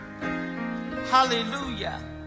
Hallelujah